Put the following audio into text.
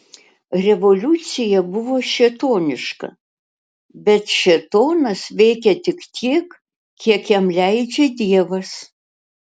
revoliucija buvo šėtoniška bet šėtonas veikia tik tiek kiek jam leidžia dievas